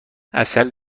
عسل